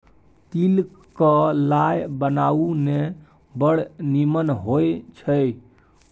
तिल क लाय बनाउ ने बड़ निमन होए छै